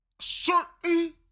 certain